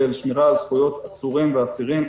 של שמירה על זכויות עצורים ואסירים,